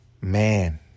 man